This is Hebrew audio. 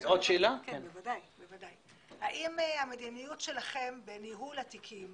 עוד שאלה: האם המדיניות שלכם בניהול התיקים